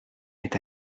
est